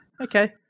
okay